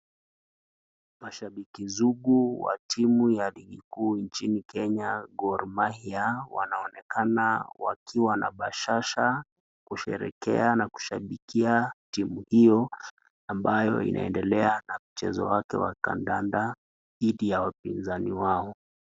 Mashambiki sugu wa timu ya ligi kuu nchini Kenya Goh Mahia wanaonekana wakiwa na bashasha kusherehekea na kushambikia timu hio ambayo inaedelea na mchezo wake wa kadada dhidi ya wapinzani wao.